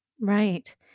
Right